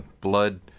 blood